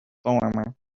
former